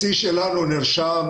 והשיא שלנו נרשם,